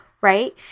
right